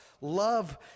love